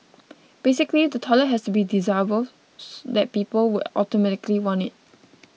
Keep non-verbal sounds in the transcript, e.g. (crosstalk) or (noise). (noise) basically the toilet has to be so desirable (noise) that people would automatically want it